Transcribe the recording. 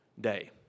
Day